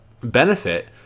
benefit